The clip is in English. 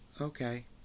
okay